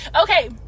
okay